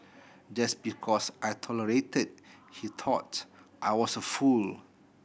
just because I tolerated he thought I was a fool